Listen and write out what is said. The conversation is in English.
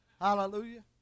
hallelujah